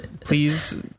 Please